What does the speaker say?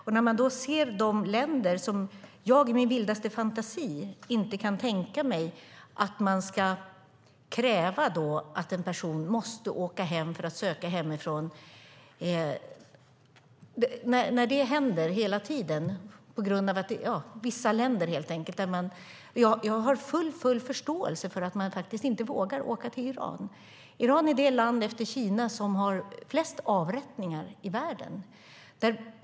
Jag ser länder som jag i min vildaste fantasi inte kan tänka mig att man ska kräva att en person måste åka hem till för att söka hemifrån. Det händer hela tiden med vissa länder. Jag har full förståelse för att människor inte vågar åka till Iran. Iran är det land efter Kina som har flest avrättningar i världen.